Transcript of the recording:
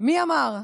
מי אמר?